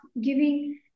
giving